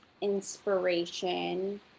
inspiration